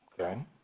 Okay